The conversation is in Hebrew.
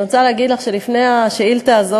אני רוצה להגיד לך שלפני מתן התשובה על השאילתה הזאת